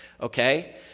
okay